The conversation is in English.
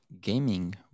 gaming